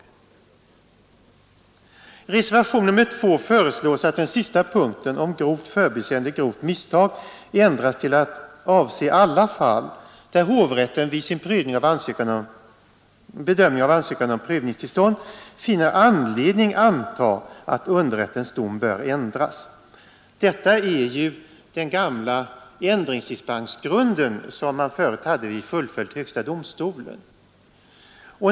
I reservationen 2 föreslås att den sista punkten, grovt förbiseende eller grovt misstag, ändras till att avse alla fall där hovrätten vid sin bedömning av ansökan om prövningstillstånd finner anledning att anta att underrättens dom bör ändras. Detta är den gamla ändringsdispensgrunden som man förut hade vid fullföljd till högsta domstolen.